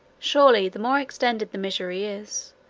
surely the more extended the misery is,